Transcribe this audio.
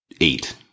eight